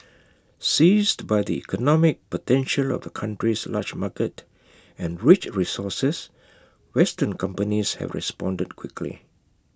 seized by the economic potential of the country's large market and rich resources western companies have responded quickly